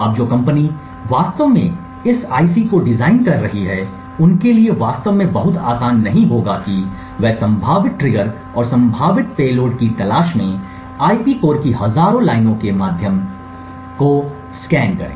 अब जो कंपनी वास्तव में इस आईसी को डिजाइन कर रही है उनके लिए वास्तव में बहुत आसान नहीं होगा कि वे संभावित ट्रिगर और संभावित पेलोड की तलाश में आईपी कोर की हजारों लाइनों के माध्यम से स्कैन करें